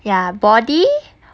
ya body